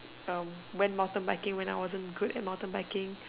um went mountain biking when I wasn't good at mountain biking